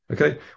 Okay